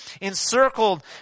encircled